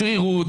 שרירות,